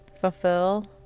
fulfill